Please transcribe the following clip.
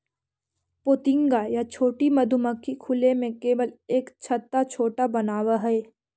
पोतिंगा या छोटा मधुमक्खी खुले में केवल एक छत्ता छोटा बनावऽ हइ